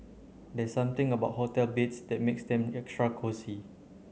there's something about hotel beds that makes them extra cosy